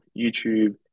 youtube